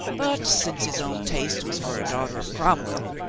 but since his own taste was for a daugh ter of cromwell,